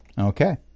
Okay